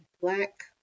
Black